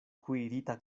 kuirita